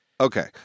Okay